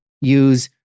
use